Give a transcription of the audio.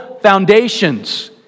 foundations